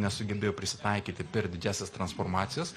nesugebėjo prisitaikyti per didžiąsias transformacijas